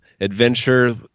adventure